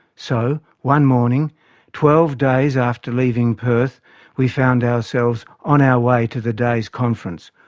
so, one morning twelve days after leaving perth we found ourselves on our way to the day's conference,